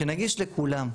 שנגיש לכולם.